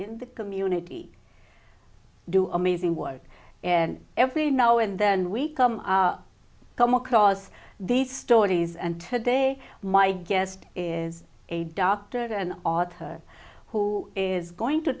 in the community do amazing work and every now and then we come come across these stories and today my guest is a doctor and author who is going to